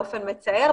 באופן מצער,